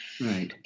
Right